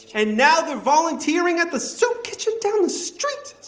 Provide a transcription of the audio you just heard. and now they're volunteering at the soup kitchen down the street?